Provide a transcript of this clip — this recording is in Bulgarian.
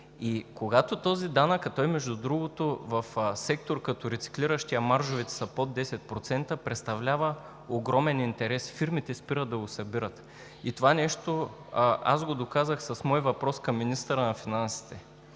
доход. Този данък, а между другото, в сектор като рециклиращия маржовете са под 10%, представлява огромен интерес – фирмите спират да го събират. Това го доказах с мой въпрос към министъра на финансите.